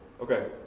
Okay